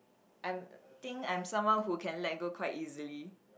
I'm think I'm someone who can let go quite easily